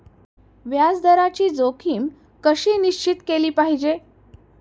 व्याज दराची जोखीम कशी निश्चित केली पाहिजे